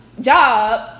job